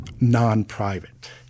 non-private